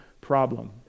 problem